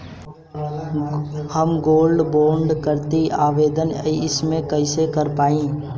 हम gold bond करतिं आवेदन कइसे कर पाइब?